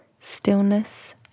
Stillness